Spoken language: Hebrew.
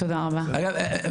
אני גם אציין